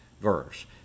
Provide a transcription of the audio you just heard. verse